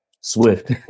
Swift